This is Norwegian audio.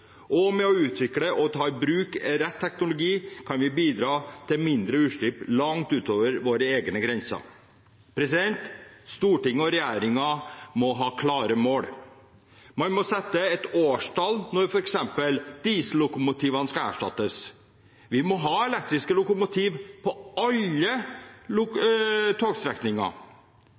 og ved å utvikle og ta i bruk rett teknologi kan vi bidra til mindre utslipp langt utover våre egne grenser. Stortinget og regjeringen må ha klare mål. Man må sette et årstall, f.eks. for når diesellokomotivene skal erstattes. Vi må ha elektriske lokomotiv på alle togstrekninger.